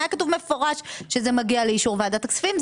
היה כתוב מפורש שזה מגיע לאישור ועדת הכספים,